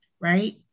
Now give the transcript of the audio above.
right